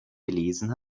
gelesen